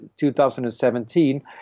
2017